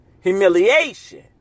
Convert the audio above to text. humiliation